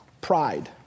pride